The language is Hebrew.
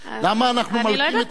למה אנחנו מלקים את עצמנו כל כך?